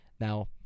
Now